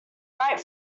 right